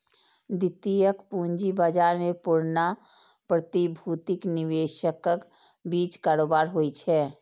द्वितीयक पूंजी बाजार मे पुरना प्रतिभूतिक निवेशकक बीच कारोबार होइ छै